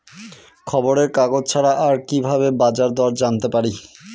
খবরের কাগজ ছাড়া আর কি ভাবে বাজার দর জানতে পারি?